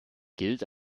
gilt